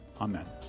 Amen